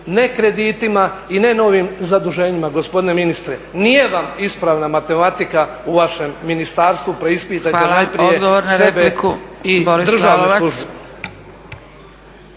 ne kreditima i ne novim zaduženjima gospodine ministre. Nije vam ispravna matematika u vašem ministarstvu. Preispitajte najprije sebe i državnu službu.